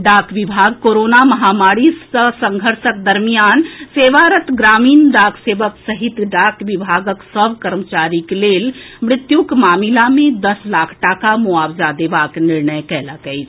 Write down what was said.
डाक विभाग कोरोना महामारी सँ संघर्षक दरमियान सेवारत ग्रामीण डाक सेवक सहित डाक विभागक सभ कर्मचारीक लेल मृत्युक मामिला मे दस लाख टाका मोआवजा देबाक निर्णय कएलक अछि